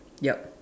ya